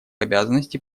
обязанности